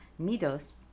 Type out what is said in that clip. midos